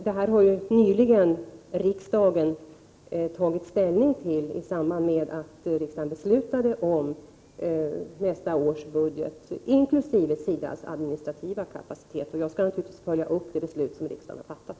Det här har riksdagen nyligen tagit ställning till i samband med att riksdagen beslutade om nästa års budget, inkl. SIDA:s administrativa kapacitet. Jag skall naturligtvis följa upp det beslut som riksdagen har fattat.